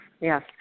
yes